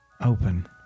open